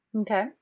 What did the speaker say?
Okay